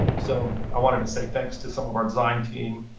so i wanted to say thanks to some of our design team,